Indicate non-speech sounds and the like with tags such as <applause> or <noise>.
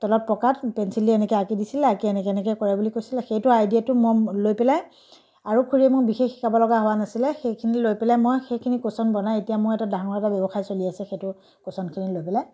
তলত পকাত পেঞ্চিলে <unintelligible> এনেকৈ আঁকি দিছিলে আঁকি এনেকৈ এনেকৈ কৰে বুলি কৈছিলে সেইটো আইডিয়াটো মই লৈ পেলাই আৰু খুৰীয়ে মোক বিশেষ শিকাব লগা হোৱা নাছিলে সেইখিনি লৈ পেলাই মই সেইখিনি কুশ্বন বনাই এতিয়া মই এটা ডাঙৰ এটা ব্যৱসায় চলি আছে সেটো কুশ্বনখিনি লৈ পেলাই